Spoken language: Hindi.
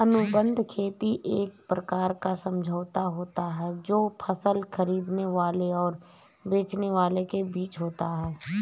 अनुबंध खेती एक प्रकार का समझौता होता है जो फसल खरीदने वाले और बेचने वाले के बीच होता है